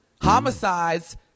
homicides